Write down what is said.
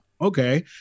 okay